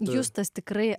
justas tikrai